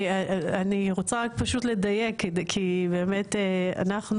אני רוצה רק פשוט לדייק, כי באמת אנחנו